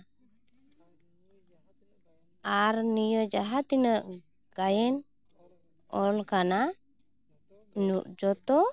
ᱟᱨ ᱱᱤᱭᱟᱹ ᱡᱟᱦᱟᱸ ᱛᱤᱱᱟᱹᱜ ᱜᱟᱭᱟᱱ ᱚᱞ ᱠᱟᱱᱟ ᱡᱚᱛᱚ